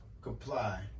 comply